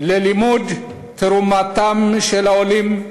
ללימוד תרומתם של העולים,